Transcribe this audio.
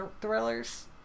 thrillers